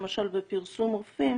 למשל בפרסום רופאים,